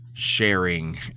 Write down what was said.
sharing